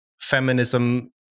feminism